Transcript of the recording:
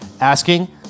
asking